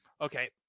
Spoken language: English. okay